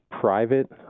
private